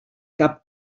cap